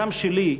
גם שלי,